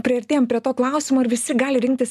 priartėjam prie to klausimo ar visi gali rinktis